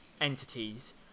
entities